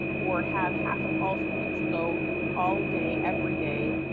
or have half of all students go all day every day,